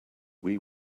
will